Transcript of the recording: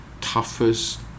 toughest